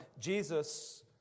Jesus